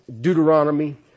Deuteronomy